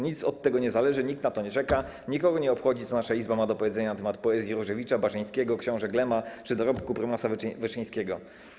Nic od tego nie zależy, nikt na to nie czeka, nikogo nie obchodzi, co nasza Izba ma do powiedzenia na temat poezji Różewicza, Baczyńskiego, książek Lema czy dorobku prymasa Wyszyńskiego.